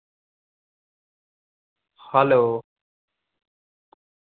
hello